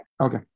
Okay